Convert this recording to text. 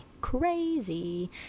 crazy